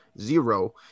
zero